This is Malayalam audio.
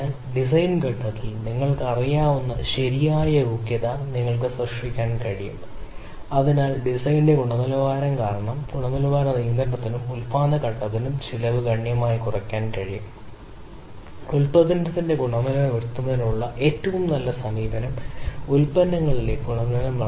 അതിനാൽ ടാർഗെറ്റ് നഷ്ടത്തിൽ നിന്നും y1 അകലെ കാരണം മൊത്തത്തിലുള്ള ശരാശരി നഷ്ടം നഷ്ടമായിരിക്കും കാരണം y2 ടാർഗെറ്റിൽ നിന്ന് y3 ടാർഗെറ്റിൽ നിന്ന് അകലെ എന്നിങ്ങനെ പോകുന്നു y n ടാർഗെറ്റിൽ നിന്ന് അകലെയുള്ള സവിശേഷതകൾ ഇത് y1 മൈനസ് ടി യുടെ n തവണ k ആയി കണക്കാക്കാം square plus y2 minus T square plus y3 minus T square പ്ലസും മറ്റും അങ്ങനെ y വരെ n മൈനസ് ടി സ്ക്വയർ